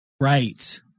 Right